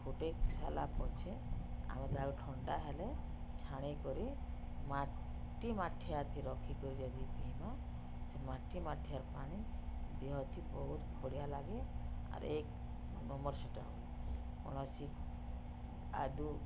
ଫୁଟେଇ ସାର୍ଲା ପଛେ ଆମେ ତାକୁ ଥଣ୍ଡା ହେଲେ ଛାଣି କରି ମାଟି ମାଠିଆଥି ରଖିକରି ଯଦି ପିଇମା ସେ ମାଟି ମାଠିଆର୍ ପାଣି ଦେହଥି ବହୁତ୍ ବଢ଼ିଆ ଲାଗେ ଆର୍ ଏକ୍ ନମ୍ବର୍ ସେଟା ହୁଏ କୌଣସି ଆଡ଼ୁ